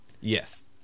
Yes